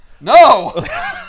No